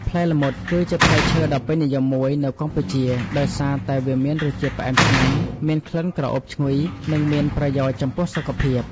ផ្លែល្មុត គឺជាផ្លែឈើដ៏ពេញនិយមមួយនៅកម្ពុជា ដោយសារតែវាមានរសជាតិផ្អែមឆ្ងាញ់ មានក្លិនក្រអូបឈ្ងុយ និងមានប្រយោជន៍ចំពោះសុខភាព។